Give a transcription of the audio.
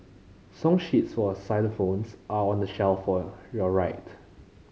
song sheets for xylophones are on the shelf for your right